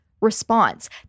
response